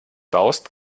baust